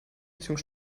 richtung